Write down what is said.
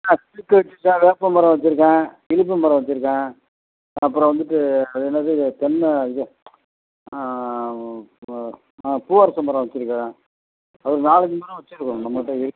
ஆ தேக்கு வச்சுருக்கேன் வேப்பமரம் வச்சுருக்கேன் இலுப்பை மரம் வச்சுருக்கேன் அப்புறம் வந்துவிட்டு அது என்னது தென்னை இதுவும் இது பூவரசமரம் வச்சுருக்கேன் ஒரு நாலஞ்சு மரம் வச்சுருக்கேன் நம்மகிட்ட இருக்கு